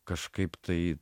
kažkaip tai